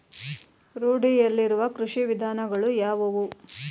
ರೂಢಿಯಲ್ಲಿರುವ ಕೃಷಿ ವಿಧಾನಗಳು ಯಾವುವು?